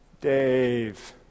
Dave